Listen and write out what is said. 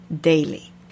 daily